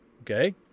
Okay